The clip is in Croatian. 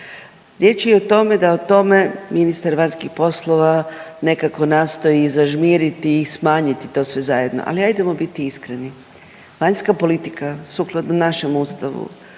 Riječ je o tome da o tome ministar vanjskih poslova nekako nastoji i zažmiriti i smanjiti to sve zajedno, ali ajdemo biti iskreni. Vanjska politika sukladno našem ustavu